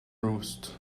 roost